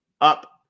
up